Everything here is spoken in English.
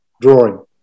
drawing